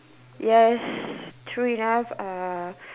yes true enough uh